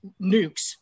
nukes